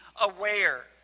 aware